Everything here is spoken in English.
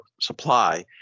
supply